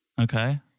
Okay